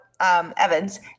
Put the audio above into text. Evans